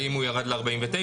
האם הוא ירד ל-49%?